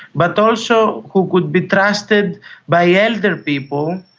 but also who could be trusted by elder people,